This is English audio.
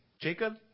Jacob